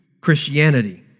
Christianity